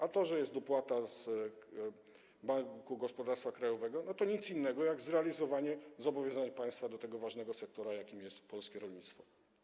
A to, że jest dopłata z Banku Gospodarstwa Krajowego, to nic innego jak zrealizowanie zobowiązań państwa wobec tego ważnego sektora, jakim jest polskie rolnictwo.